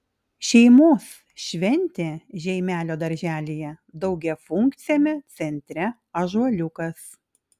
šeimos šventė žeimelio darželyje daugiafunkciame centre ąžuoliukas